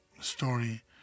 story